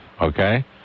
okay